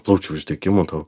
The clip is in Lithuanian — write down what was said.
plaučių uždegimu gal